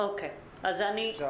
תודה